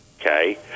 okay